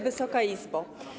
Wysoka Izbo!